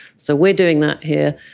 so we are doing that here.